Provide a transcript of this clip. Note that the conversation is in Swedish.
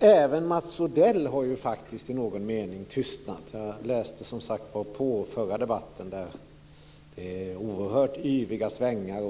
Även Mats Odell har faktiskt i någon mening tystnat. Jag har läst på från den förra debatten, där det var oerhört yviga svängar.